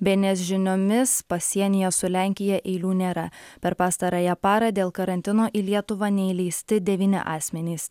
bns žiniomis pasienyje su lenkija eilių nėra per pastarąją parą dėl karantino į lietuvą neįleisti devyni asmenys